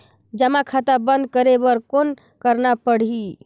जमा खाता बंद करे बर कौन करना पड़ही?